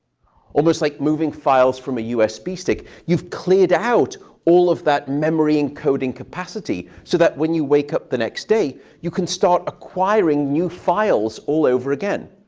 almost like moving files from a usb stick, you've cleared out all of that memory-encoding capacity, so that when you wake up the next day, you can start acquiring new files all over again.